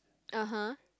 (uh huh)